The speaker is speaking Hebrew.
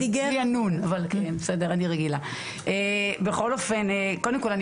קודם כל,